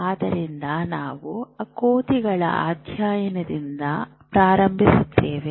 ಆದ್ದರಿಂದ ನಾವು ಕೋತಿಗಳ ಅಧ್ಯಯನದಿಂದ ಪ್ರಾರಂಭಿಸುತ್ತೇವೆ